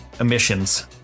emissions